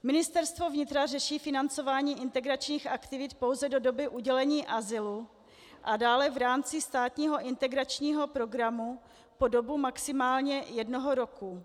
Ministerstvo vnitra řeší financování integračních aktivit pouze do doby udělení azylu a dále v rámci státního integračního programu po dobu maximálně jednoho roku.